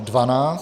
12.